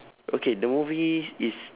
okay the movie is